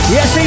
Yes